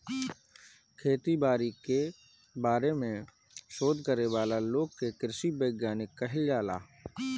खेती बारी के बारे में शोध करे वाला लोग के कृषि वैज्ञानिक कहल जाला